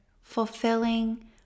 fulfilling